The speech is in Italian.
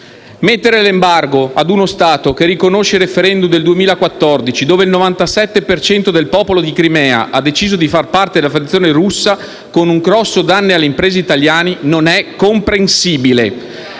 Mettere l'embargo ad uno Stato che riconosce il *referendum* del 2014, con il quale il 97 per cento del popolo di Crimea ha deciso di far parte della Federazione Russa, con un grosso danno alle imprese italiane, non è comprensibile.